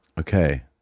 Okay